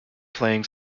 playing